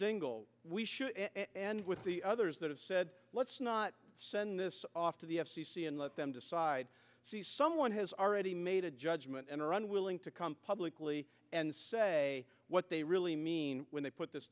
dingell we should and with the others that have said let's not send this off to the f c c and let them decide someone has already made a judgment and are unwilling to come publicly and say what they really mean when they put this